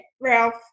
Ralph